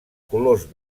colors